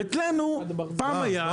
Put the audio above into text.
ואצלנו פעם היה,